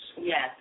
Yes